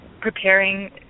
preparing